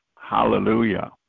Hallelujah